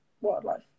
wildlife